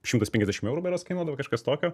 šimtas penkiasdešimt eurų berods kainuodavo kažkas tokio